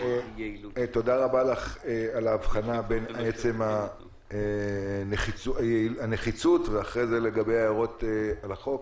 תודה רבה לך על האבחנה בין עצם הנחיצות ואחרי זה לגבי ההערות על החוק.